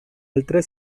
altra